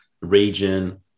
region